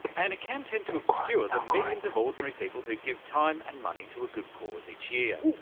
and it can tend to obscure the millions of ordinary people who give time and money to a good cause each year.